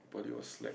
but it was like